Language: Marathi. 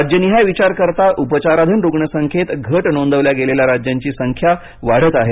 राज्यनिहाय विचार करता उपचाराधीन रुग्णसंख्येत घट नोंदवल्या गेलेल्या राज्यांची संख्या वाढते आहे